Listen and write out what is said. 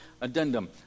addendum